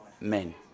men